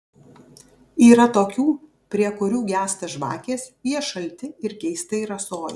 yra tokių prie kurių gęsta žvakės jie šalti ir keistai rasoja